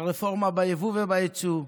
הרפורמה ביבוא וביצוא,